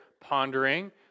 pondering